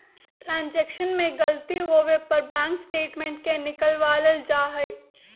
transaction में गलती होवे पर बैंक स्टेटमेंट के निकलवावल जा हई